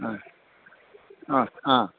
അ ആ ആ